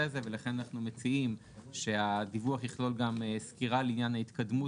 הזה ולכן אנחנו מציעים שהדיווח יכלול גם סקירה לעניין ההתקדמות